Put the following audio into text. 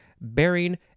bearing